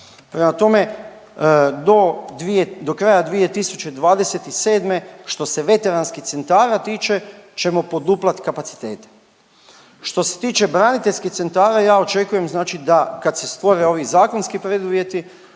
Prema tome, do kraja 2027. što se veteranskih centara tiče ćemo poduplat kapacitete. Što se tiče braniteljskih centra ja očekujem da kad se stvore ovi zakonski preduvjeti